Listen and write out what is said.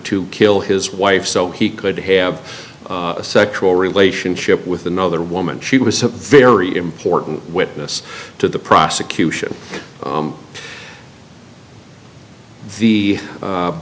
to kill his wife so he could have a sexual relationship with another woman she was a very important witness to the prosecution the